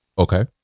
okay